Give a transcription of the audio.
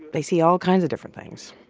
they see all kinds of different things.